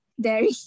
dairy